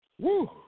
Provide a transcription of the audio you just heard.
Woo